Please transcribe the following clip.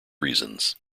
reasons